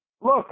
look